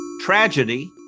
Tragedy